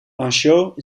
anciaux